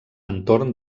entorn